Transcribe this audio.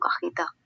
cajita